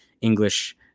english